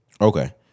Okay